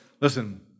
listen